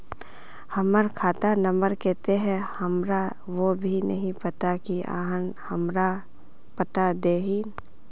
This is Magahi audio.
हमर खाता नम्बर केते है हमरा वो भी नहीं पता की आहाँ हमरा बता देतहिन?